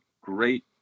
great